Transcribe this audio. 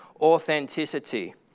authenticity